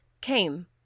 came